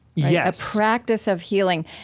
yeah a practice of healing.